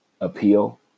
appeal